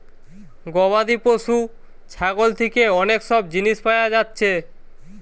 গবাদি পশু ছাগল থিকে অনেক সব জিনিস পায়া যাচ্ছে